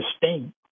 distinct